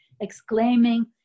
exclaiming